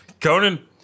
Conan